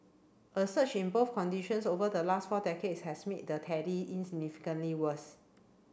a surge in both conditions over the last four decades has made the tally insignificantly worse